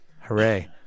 Hooray